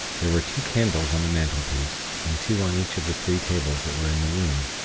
there were two candles on the mantelpiece, and two on each of the three tables that were in the room.